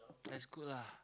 that's good lah